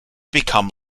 become